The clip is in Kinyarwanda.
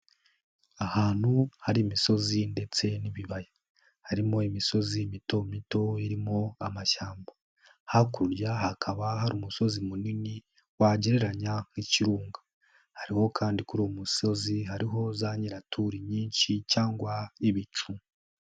Ahantu hari imisozi ndetse n'ibibaya, harimo imisozi mito mito irimo amashyamba, hakurya hakaba hari umusozi munini wagereranya nk'ikirunga, hariho kandi kuri uwo musozi hariho za nyiraturi nyinshi cyangwa ibicu.